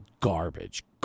garbage